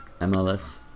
MLS